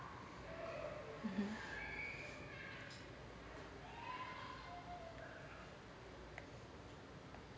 mmhmm